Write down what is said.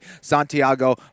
Santiago